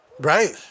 right